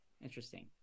Interesting